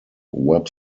web